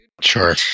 Sure